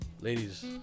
Ladies